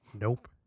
Nope